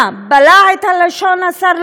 מה, בלע את הלשון, השר?